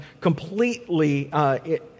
completely